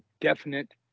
definite